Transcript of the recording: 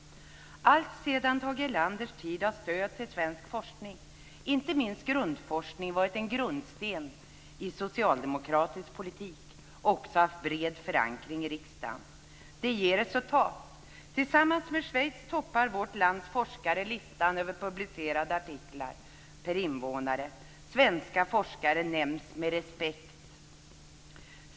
Alltsedan Tage Erlanders tid har stöd till svensk forskning - inte minst grundforskning - varit en grundsten i socialdemokratisk politik. Det har också haft bred förankring i riksdagen. Det ger resultat. Tillsammans med Schweiz toppar vårt lands forskare listan över publicerade artiklar per invånare. Svenska forskare nämns med respekt.